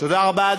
תודה רבה.